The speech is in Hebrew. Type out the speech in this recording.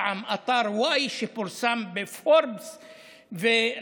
פעם אתר y, שפורסם בפורבס וכדומה: